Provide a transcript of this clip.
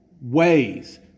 ways